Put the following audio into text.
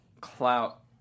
clout